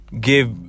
give